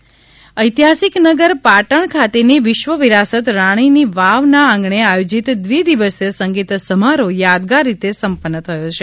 રાણીની વાવ ઐતિહાસિક નગર પાટણ ખાતેની વિશ્વ વિરાસત રાણીની વાવના આંગણે આયોજીત દ્વિ દિવસીય સંગીત સમારોહ યાદગાર રીતે સંપન્ન થયો હતો